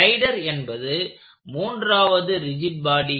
slider என்பது மூன்றாவது rigid பாடி